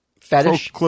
Fetish